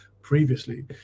previously